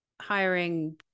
hiring